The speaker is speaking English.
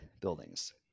buildings